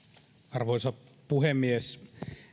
arvoisa puhemies